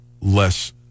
less